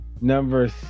Number